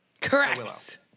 Correct